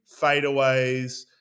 fadeaways